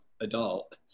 adult